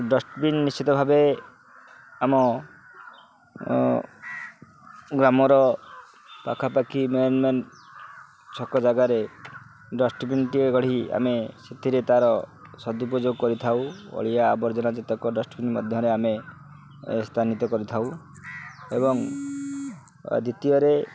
dustbin ନିଶ୍ଚିତ ଭାବେ ଆମ ଗ୍ରାମର ପାଖାପାଖି ମେନ୍ ମେନ୍ ଛକ ଜାଗାରେ ଡଷ୍ଟବିନ୍ ଟିକେ ଗଢ଼ି ଆମେ ସେଥିରେ ତାର ସଦୁପଯୋଗ କରିଥାଉ ଅଳିଆ ଆବର୍ଜନା ଚେତକ ଡଷ୍ଟବିନ୍ ମଧ୍ୟରେ ଆମେ ସ୍ଥାନିତ କରିଥାଉ ଏବଂ ଦ୍ୱିତୀୟରେ